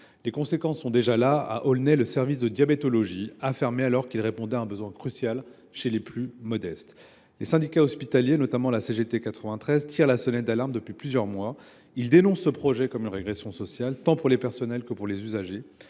Les conséquences sont déjà visibles : à Aulnay sous Bois, le service de diabétologie a fermé, alors qu’il répondait à un besoin crucial chez les plus modestes. Les syndicats hospitaliers, notamment la CGT 93, tirent la sonnette d’alarme depuis plusieurs mois. Ils dénoncent ce projet comme étant une régression sociale, tant pour le personnel que pour les usagers,